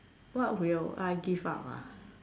what will I give up ah